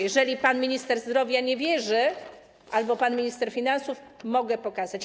Jeżeli pan minister zdrowia nie wierzy, albo pan minister finansów, mogę pokazać.